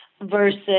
versus